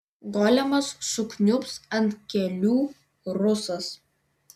golemas sukniubs ant kelių rusas